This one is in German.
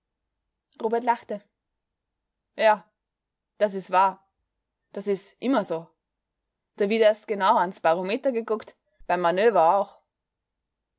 robert lachte ja das is wahr das is immer so da wird erst genau ans barometer geguckt beim manöver auch